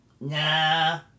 Nah